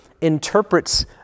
interprets